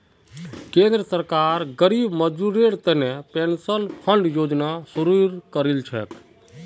केंद्र सरकार गरीब मजदूरेर तने पेंशन फण्ड योजना शुरू करील छेक